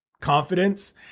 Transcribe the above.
confidence